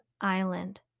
island